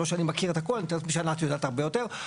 לא שאני מכיר את הכל, למשל עינת יודעת הרבה יותר.